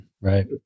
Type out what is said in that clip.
right